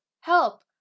Help